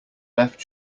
left